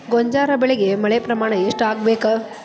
ಗೋಂಜಾಳ ಬೆಳಿಗೆ ಮಳೆ ಪ್ರಮಾಣ ಎಷ್ಟ್ ಆಗ್ಬೇಕ?